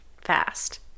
fast